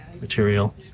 material